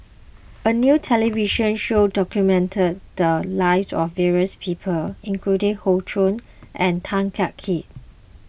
a new television show documented the lives of various people including Hoey Choo and Tan Kah Kee